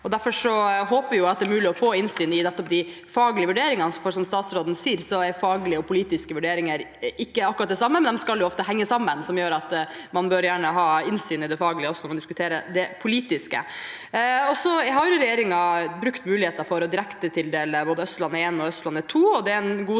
Derfor håper jeg at det er mulig å få innsyn i nettopp de faglige vurderingene, for som statsråden sier, er faglige og politiske vurderinger ikke akkurat det samme, men de skal jo ofte henge sammen. Det gjør at man bør gjerne ha innsyn i det faglige også når man diskuterer det politiske. Så har regjeringen brukt muligheten for å direktetildele både Østlandet 1 og Østlandet